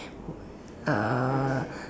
uh